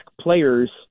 players